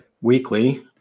weekly